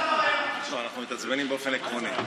לא, אנחנו מתעצבנים באופן עקרוני.